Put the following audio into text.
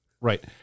Right